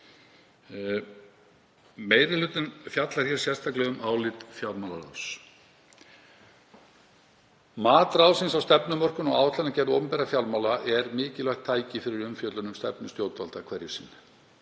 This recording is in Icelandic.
Meiri hlutinn fjallar sérstaklega um álit fjármálaráðs. Mat ráðsins á stefnumörkun og áætlanagerð opinberra fjármála er mikilvægt tæki fyrir umfjöllun um stefnu stjórnvalda hverju sinni.